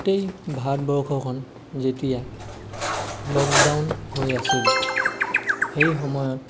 গোটেই ভাৰতবৰ্ষখন যেতিয়া লকডাউন হৈ আছিল সেই সময়ত